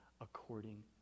according